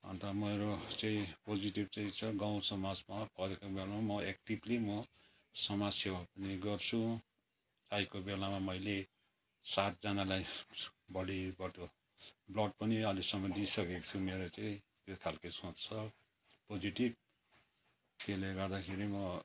अन्त मेरो चाहिँ पोजिटिभ चाहिँ छ गाउँसमाजमा म एक्टिभली म समाजसेवा पनि गर्छु चाहिएको बेलामा मैले सातजनालाई बडीबाट ब्लड पनि अहिलेसम्म दिइसकेको छु मेरो चाहिँ यो खालके सोच छ पोजिटिभ त्यसले गर्दाखेरि म